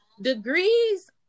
degrees